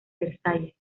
versalles